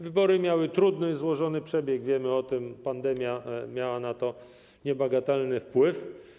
Wybory miały trudny i złożony przebieg, wiemy o tym, pandemia miała na to niebagatelny wpływ.